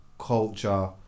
culture